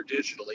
digitally